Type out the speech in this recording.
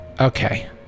Okay